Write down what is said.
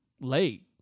late